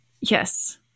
Yes